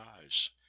eyes